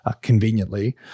conveniently